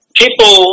people